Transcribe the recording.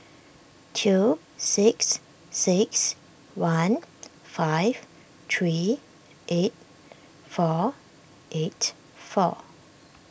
two six six one five three eight four eight four